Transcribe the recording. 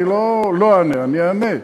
אני לא לא אענה, אני אענה.